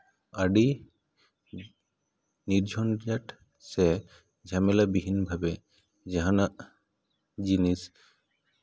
ᱟᱹᱰᱤ ᱱᱤᱨ ᱡᱷᱚᱧᱡᱷᱟᱴ ᱥᱮ ᱡᱷᱟᱢᱮᱞᱟ ᱵᱤᱦᱤᱱ ᱵᱷᱟᱵᱮ ᱡᱟᱦᱟᱱᱟᱜ ᱡᱤᱱᱤᱥ